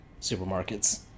supermarkets